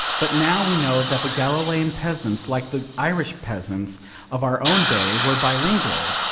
but now we know that the galilean peasants, like the irish peasants of our own day, were bilingual,